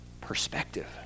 perspective